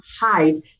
hide